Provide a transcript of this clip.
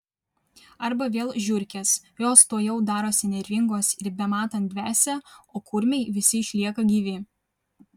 arba vėl žiurkės jos tuojau darosi nervingos ir bematant dvesia o kurmiai visi išlieka gyvi